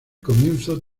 comienzo